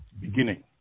beginning